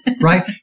right